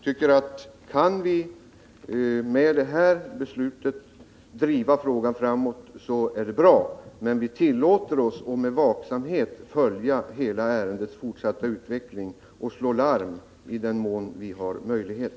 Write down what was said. Men kan vi med det här beslutet driva frågan framåt är det bra. Vi tillåter oss emellertid att med vaksamhet följa ärendets fortsatta utveckling och slå larm i den mån vi har möjlighet.